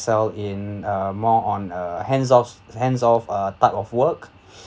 excel in uh more on a hands off hands off uh type of work